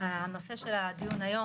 הנושא של הדיון היום,